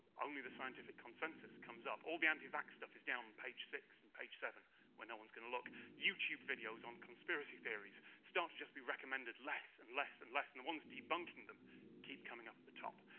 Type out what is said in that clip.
only the scientific consensus comes up. all the anti-vaxxer stuff is down on page six and page seven where no one's gonna look. youtube videos on conspiracy theories start to just be recommended less and less and less, and the ones debunking them keep coming up at the top.